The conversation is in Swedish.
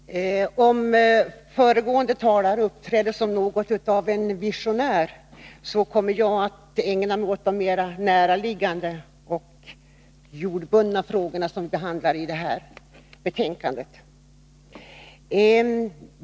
Herr talman! Om föregående talare uppträdde som visionär, kommer jag att ägna mig mer åt de näraliggande och jordbundna frågor som behandlas i detta betänkande.